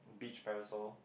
beach parasol